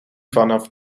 vanaf